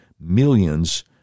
millions